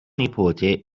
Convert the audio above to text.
nipote